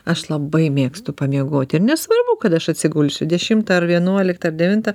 aš labai mėgstu pamiegoti ir nesvarbu kad aš atsigulsiu dešimtą ar vienuoliktą ar devintą